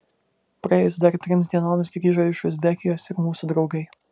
praėjus dar trims dienoms grįžo iš uzbekijos ir mūsų draugai